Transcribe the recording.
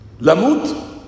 Lamut